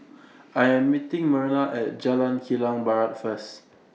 I Am meeting Merna At Jalan Kilang Barat First